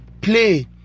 play